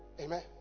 Amen